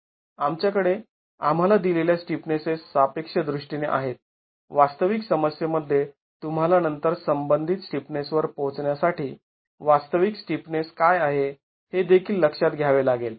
आमच्याकडे आम्हाला दिलेल्या स्टिफनेसेस सापेक्ष दृष्टीने आहेत वास्तविक समस्ये मध्ये तुम्हाला नंतर संबंधित स्टिफनेसवर पोहचण्यासाठी वास्तविक स्टिफनेस काय आहे हे देखील लक्षात घ्यावे लागेल